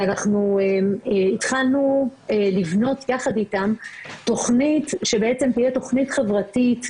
ואנחנו התחלנו לבנות יחד איתם תכנית שבעצם תהיה תכנית חברתית,